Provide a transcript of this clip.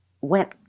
went